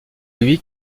lui